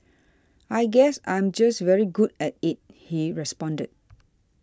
I guess I'm just very good at it he responded